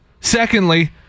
Secondly